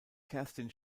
kerstin